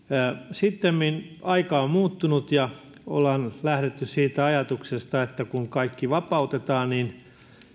sittemmin aika on muuttunut ja ollaan lähdetty siitä ajatuksesta että kun kaikki vapautetaan niin